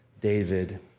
David